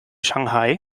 shanghai